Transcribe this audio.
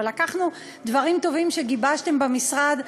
אבל לקחנו דברים טובים שגיבשתם במשרד,